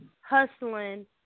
hustling